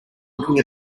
looking